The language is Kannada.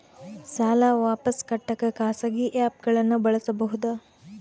ಸಾಲ ವಾಪಸ್ ಕಟ್ಟಕ ಖಾಸಗಿ ಆ್ಯಪ್ ಗಳನ್ನ ಬಳಸಬಹದಾ?